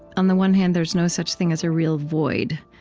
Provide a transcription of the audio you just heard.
on the one hand, there is no such thing as a real void,